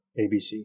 ABC